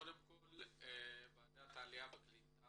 קודם כול ועדת העלייה והקליטה